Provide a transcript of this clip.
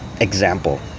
example